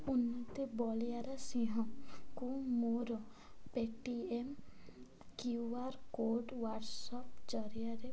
ଉନ୍ନତି ବଳିଆରସିଂହଙ୍କୁ ମୋର Paytm Q R code WhatsApp ଜରିଆରେ ପଠାଅ